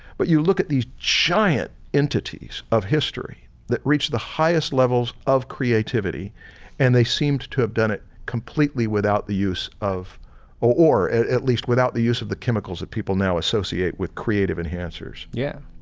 but you look at these giant entities of history that reached the highest levels of creativity and they seemed to have done it completely without the use of or at at least without the use of the chemicals that people now associate with creative enhancers. stan yeah,